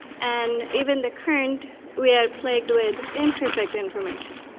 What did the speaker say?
and even the current we are plagued with imperfect information.